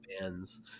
bands